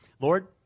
Lord